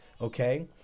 okay